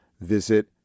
visit